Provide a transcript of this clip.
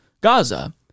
Gaza